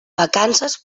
vacances